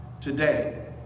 today